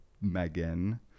Megan